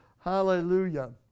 hallelujah